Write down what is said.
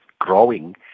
growing